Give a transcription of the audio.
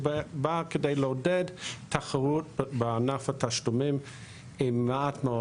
הוא בא כדי לעודד תחרות בענף התשלומים עם מעט מאוד